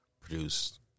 Produced